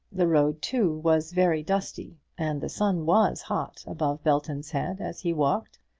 the road, too, was very dusty, and the sun was hot above belton's head as he walked.